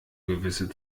gewisse